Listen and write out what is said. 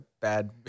bad